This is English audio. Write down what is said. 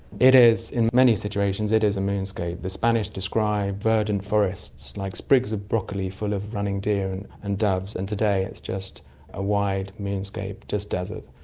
it is, in many situations it is a moonscape. the spanish describe verdant forest like sprigs of broccoli full of running deer and and doves, and today it's just a wide moonscape, just desert.